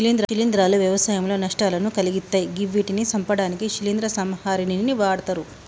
శిలీంద్రాలు వ్యవసాయంలో నష్టాలను కలిగిత్తయ్ గివ్విటిని సంపడానికి శిలీంద్ర సంహారిణిని వాడ్తరు